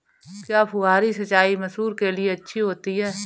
क्या फुहारी सिंचाई मसूर के लिए अच्छी होती है?